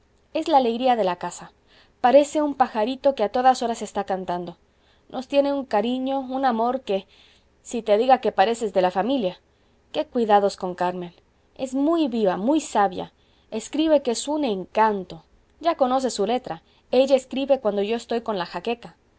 es la alegría de la casa parece un pajarito que a todas horas está cantando nos tiene un cariño un amor que si te diga que pareces de la familia qué cuidados con carmen es muy viva muy sabia escribe que es un encanto ya conoces su letra ella escribe cuando yo estoy con la jaqueca